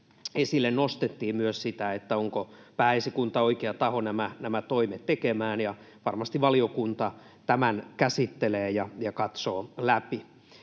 esille myös sitä, onko Pääesikunta oikea taho nämä toimet tekemään, ja varmasti valiokunta tämän käsittelee ja katsoo läpi.